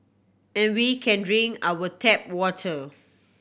and we can drink our tap water